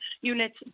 units